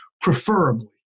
preferably